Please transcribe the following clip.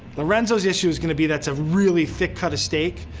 lorenzo's issue is gonna be that's a really thick cut of steak,